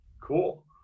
cool